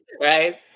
Right